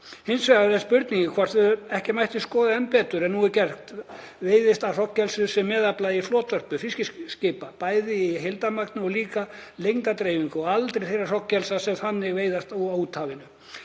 Hins vegar er spurning hvort ekki mætti skoða enn betur en nú er gert veiðistærð hrognkelsis sem meðafla í flotvörpu fiskiskipa, bæði heildarmagn og líka lengdardreifingu og aldur þeirra hrognkelsa sem þannig veiðast, og í úthafinu.